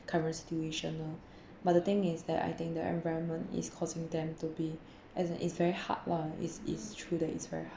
current situation lor but the thing is that I think the environment is causing them to be as in it's very hard lah it is true that it's very hard